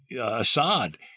Assad